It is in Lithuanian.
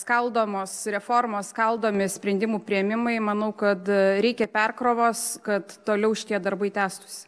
skaldomos reformos skaldomi sprendimų priėmimai manau kad reikia perkrovos kad toliau šie darbai tęstųsi